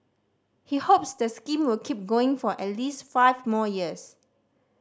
he hopes the scheme will keep going for at least five more years